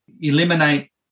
eliminate